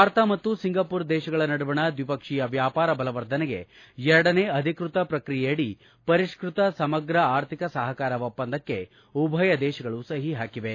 ಭಾರತ ಮತ್ತು ಸಿಂಗಾಪುರ ದೇಶಗಳ ನಡುವಣ ದ್ವಿಪಕ್ಷೀಯ ವ್ಯಾಪಾರ ಬಲವರ್ಧನೆಗೆ ಎರಡನೇ ಅಧಿಕೃತ ಪ್ರಕ್ರಿಯೆಯಡಿ ಪರಿಷ್ಕತ ಸಮಗ್ರ ಆರ್ಥಿಕ ಸಹಕಾರ ಒಪ್ಪಂದಕ್ಕೆ ಉಭಯ ದೇಶಗಳು ಸಹಿ ಹಾಕಿವೆ